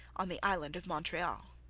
on the island of montreal.